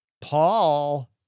Paul